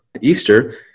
Easter